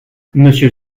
monsieur